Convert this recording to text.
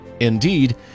Indeed